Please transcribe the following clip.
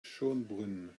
schoenbrunn